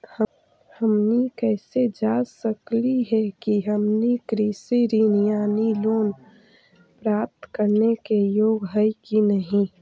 हमनी कैसे जांच सकली हे कि हमनी कृषि ऋण यानी लोन प्राप्त करने के योग्य हई कि नहीं?